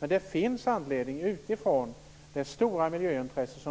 Men det finns utifrån det stora miljöintresset